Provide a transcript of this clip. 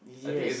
yes